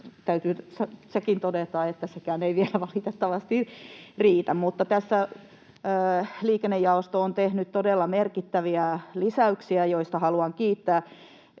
täytyy sekin todeta, että sekään ei vielä valitettavasti riitä. Mutta tässä liikennejaosto on tehnyt todella merkittäviä lisäyksiä, joista haluan kiittää